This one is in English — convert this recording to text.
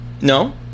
No